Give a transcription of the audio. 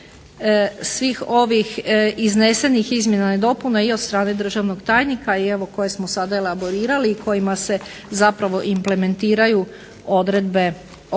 svih ovih iznesenih izmjena i dopuna i od strane državnog tajnika i evo koje smo sad elaborirali i kojima se zapravo implementiraju primjedbe Ustavnoga